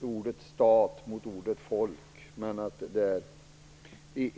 ordet stat mot ordet folk.